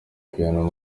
piano